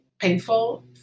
painful